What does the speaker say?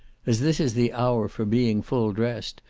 as this is the hour for being full dressed,